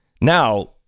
Now